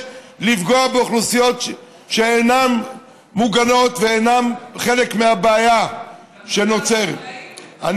לפגוע באוכלוסיות שאינן מוגנות ואינן חלק מהבעיה שנוצרת.